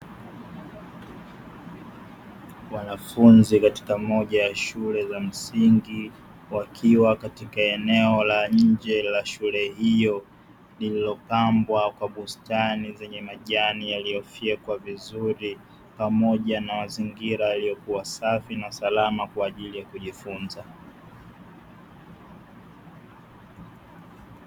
Wanafunzi katika moja ya shule za msingi wakiwa katika eneo la nje la shule hiyo, iliyopambwa kwa bustani zenye majani yaliyofekwa vizuri pamoja na mazingira yaliyokuwa safi na salama kwa ajili ya kujifunza.